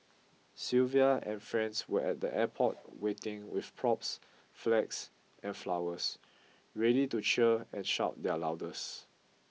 Sylvia and friends were at the airport waiting with props flags and flowers ready to cheer and shout their loudest